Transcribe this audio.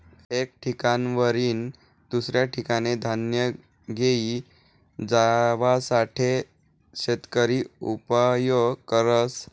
एक ठिकाणवरीन दुसऱ्या ठिकाने धान्य घेई जावासाठे शेतकरी उपयोग करस